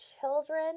children